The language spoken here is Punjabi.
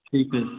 ਠੀਕ ਹੈ